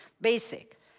Basic